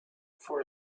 for